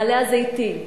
מעלה-הזיתים,